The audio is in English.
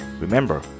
Remember